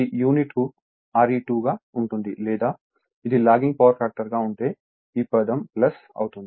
ఇది యూనిట్కు Re2 గా ఉంటుంది లేదా ఇది లాగింగ్ పవర్ ఫ్యాక్టర్ గా ఉంటే ఈ పదం అవుతుంది